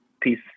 peace